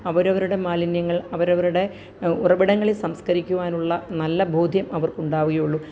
അവരവരുടെ മാലിന്യങ്ങള് അവരവരുടെ ഉറവിടങ്ങളില് സംസ്കരിക്കുവാനുള്ള നല്ല ബോധ്യം അവര്ക്കുണ്ടാവുകയുള്ളു